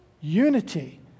unity